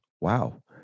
Wow